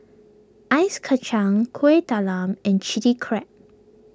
Ice Kachang Kuih Talam and Chilli Crab